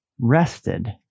rested